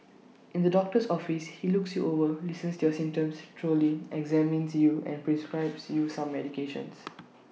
in the doctor's office he looks you over listens to your symptoms thoroughly examines you and prescribes you some medications